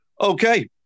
Okay